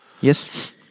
Yes